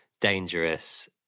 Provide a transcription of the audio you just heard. dangerous